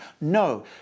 No